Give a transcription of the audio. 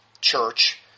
Church